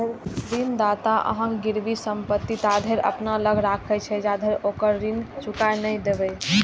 ऋणदाता अहांक गिरवी संपत्ति ताधरि अपना लग राखैत छै, जाधरि ओकर ऋण चुका नहि देबै